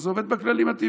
אז זה עובד בכללים הטבעיים.